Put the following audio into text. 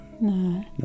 No